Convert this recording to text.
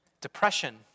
Depression